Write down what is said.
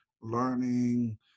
learning